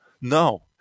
no